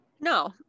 No